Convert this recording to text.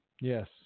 Yes